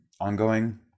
ongoing